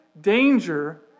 danger